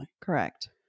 Correct